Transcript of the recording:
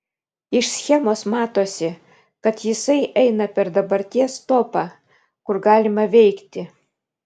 iš schemos matosi kad jisai eina per dabarties topą kur galima veikti